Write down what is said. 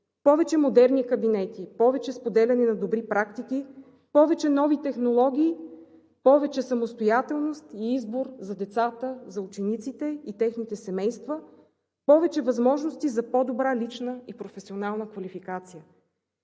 повече модерни кабинети, повече споделяне на добри практики, повече нови технологии, повече самостоятелност и избор за децата, за учениците, и техните семейства, повече възможности за по-добра лична и професионална квалификация.